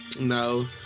no